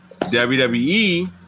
WWE